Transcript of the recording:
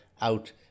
out